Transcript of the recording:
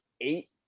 eight